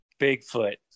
Bigfoot